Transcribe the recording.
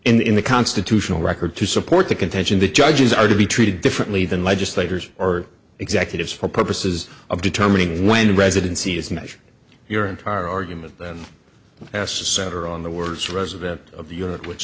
to in the constitutional record to support the contention the judges are to be treated differently than legislators or executives for purposes of determining when residency is measured your entire argument as to center on the words resident of europe which